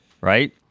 right